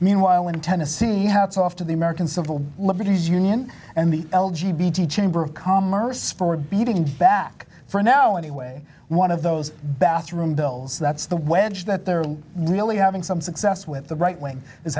meanwhile in tennessee hats off to the american civil liberties union and the l g b chamber of commerce for beating back for now anyway one of those bathroom bells that's the wedge that they're really having some success with the right wing is